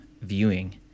viewing